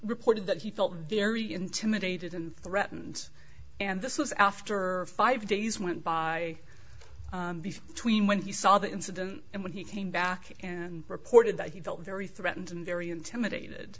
reported that he felt very intimidated and threatened and this was after five days went by tween when he saw the incident and when he came back and reported that he felt very threatened and very intimidated